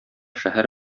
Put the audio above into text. шәһәр